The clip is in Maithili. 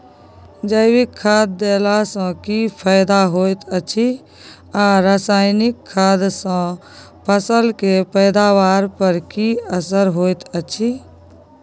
जैविक खाद देला सॅ की फायदा होयत अछि आ रसायनिक खाद सॅ फसल के पैदावार पर की असर होयत अछि?